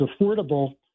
affordable